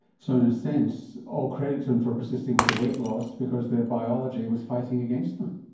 so in a sense all credit to them for persisting with the weight loss because their biology was fighting against them?